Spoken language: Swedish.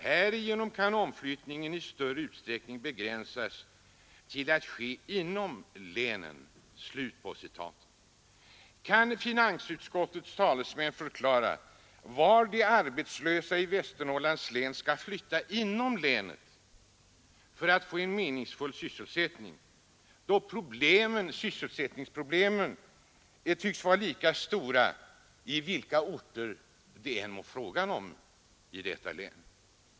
Härigenom kan omflyttningen i större utsträckning begränsas till att ske inom länen.” Kan finansutskottets talesmän förklara vart de arbetslösa i Västernorrland skall flytta — inom länet — för att få meningsfull sysselsättning, då sysselsättningsproblemen tycks vara lika stora vilka orter det än må vara fråga om i detta län?